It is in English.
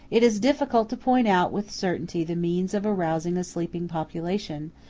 it is difficult to point out with certainty the means of arousing a sleeping population,